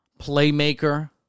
playmaker